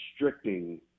restricting